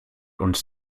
uns